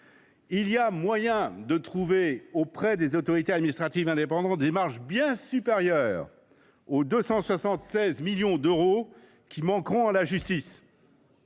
Il est possible de trouver auprès des autorités administratives indépendantes des marges bien supérieures aux 276 millions d’euros qui manqueront à la justice